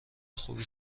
خوبی